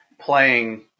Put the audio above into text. playing